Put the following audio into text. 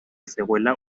zegoela